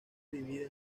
divide